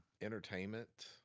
Entertainment